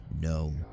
No